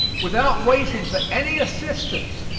without waiting for any assistance,